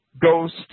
Ghost